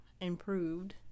improved